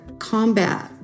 combat